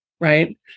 right